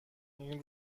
این